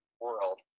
world